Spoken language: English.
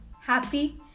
happy